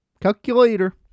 Calculator